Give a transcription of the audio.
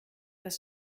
das